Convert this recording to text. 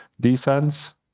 Defense